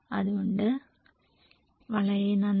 അതുകൊണ്ട് വളരെ നന്ദി